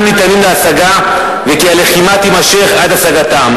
ניתנים להשגה וכי הלחימה תימשך עד השגתם".